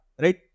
right